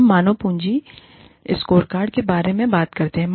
हम मानव पूँजी स्कोरकार्ड के बारे में बात करते हैं